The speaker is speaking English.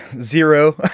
zero